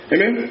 Amen